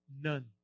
None